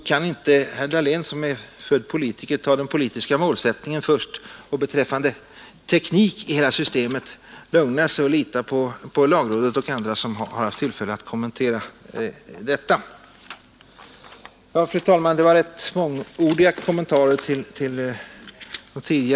Kan inte herr Dahlén, som är född politiker, ta den politiska målsättningen först och beträffande teknik i hela systemet lugna sig och lita på lagrådet och andra som haft tillfälle att kommentera detta?